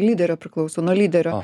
lyderio priklauso nuo lyderio